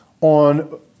on